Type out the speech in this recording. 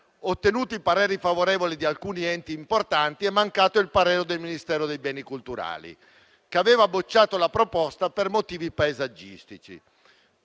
Ottenuti i pareri favorevoli di alcuni enti importanti, è mancato il parere del Ministero dei beni culturali, che ha bocciato la proposta per motivi paesaggistici.